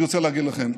אני רוצה להגיד לכם,